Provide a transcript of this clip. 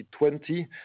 2020